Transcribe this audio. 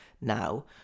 now